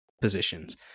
positions